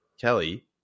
Kelly